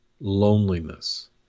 loneliness